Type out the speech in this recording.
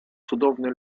cudowny